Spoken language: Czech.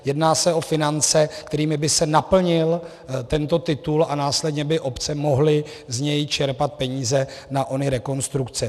Jedná se o finance, kterými by se naplnil tento titul, a následně by obce mohly z něj čerpat peníze na ony rekonstrukce.